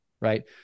Right